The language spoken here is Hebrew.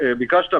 בדיקות?